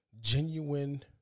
genuine